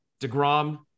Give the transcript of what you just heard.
Degrom